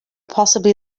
possibly